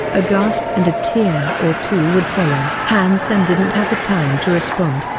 a gasp and a tear or two would follow. han sen didn't have the time to respond,